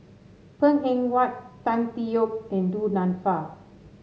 Png Eng Huat Tan Tee Yoke and Du Nanfa